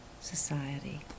Society